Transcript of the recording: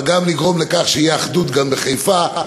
נגרום לכך שתהיה אחדות גם בחיפה,